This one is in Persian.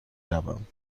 روم